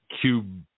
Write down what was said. cube